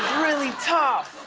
really tough.